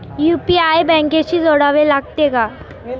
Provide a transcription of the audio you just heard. UPI बँकेशी जोडावे लागते का?